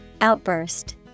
Outburst